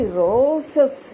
roses